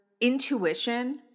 intuition